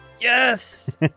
Yes